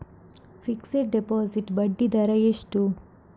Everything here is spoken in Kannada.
ಫಿಕ್ಸೆಡ್ ಡೆಪೋಸಿಟ್ ಬಡ್ಡಿ ದರ ಎಷ್ಟು?